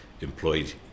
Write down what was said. employed